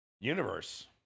Universe